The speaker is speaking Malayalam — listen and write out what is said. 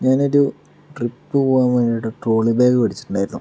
ഞാനൊരു ട്രിപ്പ് പോകാൻ വേണ്ടിയിട്ട് ട്രോളി ബാഗ് മേടിച്ചിട്ടുണ്ടായിരുന്നു